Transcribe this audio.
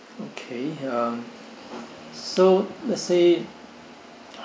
okay uh so let's say